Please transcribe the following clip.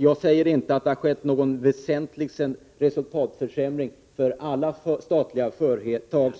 Jag säger inte att det har skett någon väsentlig resultatförsämring för alla statliga företag